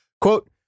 Quote